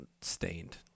Stained